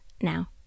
now